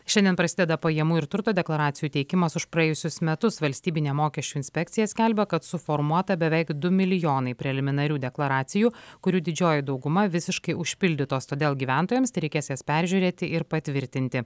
šiandien prasideda pajamų ir turto deklaracijų teikimas už praėjusius metus valstybinė mokesčių inspekcija skelbia kad suformuota beveik du milijonai preliminarių deklaracijų kurių didžioji dauguma visiškai užpildytos todėl gyventojams tereikės jas peržiūrėti ir patvirtinti